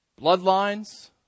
bloodlines